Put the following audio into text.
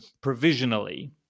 provisionally